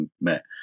met